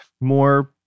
more